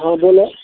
हँ बोलऽ